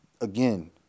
again